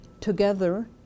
together